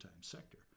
sector